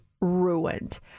ruined